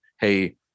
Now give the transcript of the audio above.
hey